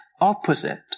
opposite